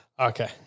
Okay